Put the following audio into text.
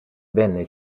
venne